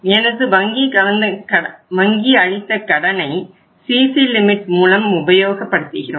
எனது வங்கி அளித்த கடனை CC லிமிட் மூலம் உபயோகப்படுத்துகிறோம்